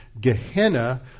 Gehenna